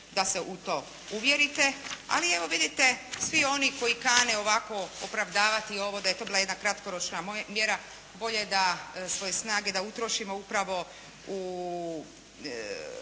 da se u to uvjerite ali evo vidite svi oni koji kane ovako opravdavati ovo da je to bila jedna kratkoročna mjera bolje da svoje snage da utrošimo upravo u